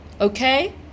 okay